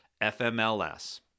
F-M-L-S